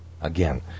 Again